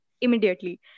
immediately